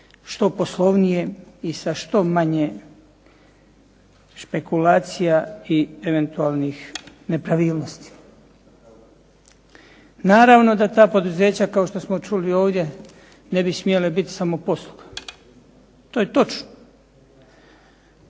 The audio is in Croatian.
što poslovnije i sa što manje špekulacija i eventualnih nepravilnosti. Naravno da ta poduzeća kao što smo čuli ovdje ne bi smjela biti samoposluga, to je točno.